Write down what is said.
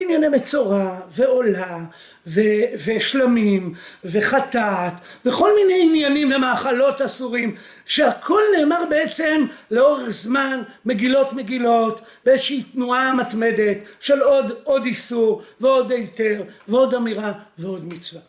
ענייני מצורע, ועולה, ושלמים, וחטאת, וכל מיני עניינים ומאכלות אסורים שהכל נאמר בעצם לאורך זמן מגילות מגילות, באיזושהי תנועה מתמדת, של עוד איסור, ועוד היתר ועוד אמירה, ועוד מצווה